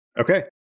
Okay